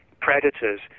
predators